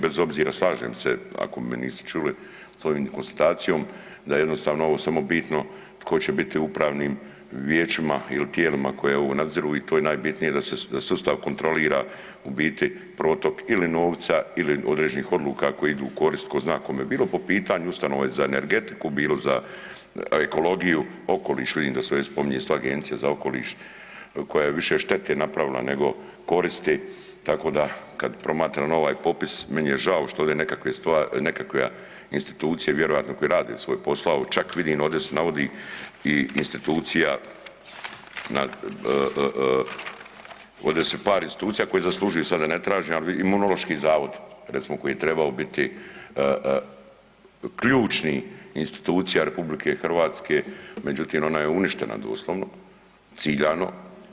bez obzira, slažem se ako me niste čuli s ovom konstatacijom da je jednostavno ovo samo bitno tko će biti u upravnim vijećima ili tijelima koje ovo nadziru i to je najbitnije da se sustav kontrolira u biti protok ili novca ili određenih odluka koje idu u korist ko zna kome, bilo po pitanju ustanova za energetiku, bilo za ekologiju, okoliš, vidim da se već spominje isto Agencija za okoliš koja je više štete napravila nego koristi, tako da kad promatram ovaj popis meni je žao što ovdje nekakve institucije koje vjerojatno rade svoj posao, čak vidim ovdje se navodi i institucija, ovdje su par institucija koje zaslužuju sada da ne tražim ali Imunološki zavod recimo koji je trebao biti ključni institucija RH međutim ona je uništena doslovno, ciljano.